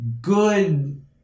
good